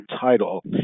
title